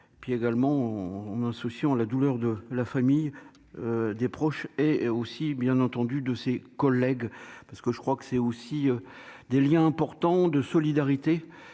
puis également on insouciant, la douleur de la famille des proches et aussi bien entendu de ses collègues, parce que je crois que c'est aussi des Liens importants de solidarité